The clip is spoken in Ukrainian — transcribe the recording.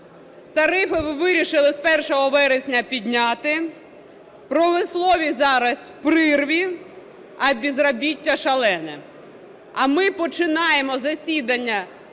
Тарифи ви вирішили з 1 вересня підняти. Промисловість зараз в прірві, а безробіття шалене. А ми починаємо засідання